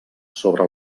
sobre